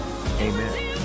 Amen